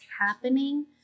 happening